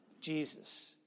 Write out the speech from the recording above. Jesus